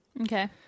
Okay